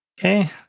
Okay